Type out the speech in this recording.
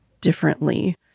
differently